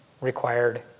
required